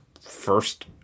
first